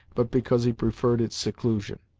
but because he preferred its seclusion.